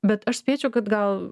bet aš spėčiau kad gal